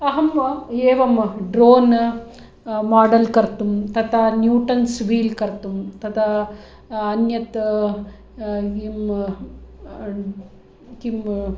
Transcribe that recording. अहम् एवं drone model कर्तुं तत् न्यूटन्स् ह्वील् कर्तुं तत् अन्यत् किं